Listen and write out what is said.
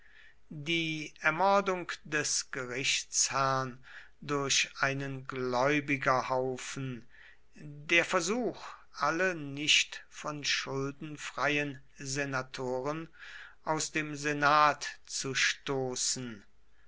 die ermordung des gerichtsherrn durch einen gläubigerhaufen der versuch alle nicht von schulden freien senatoren aus dem senat zu stoßen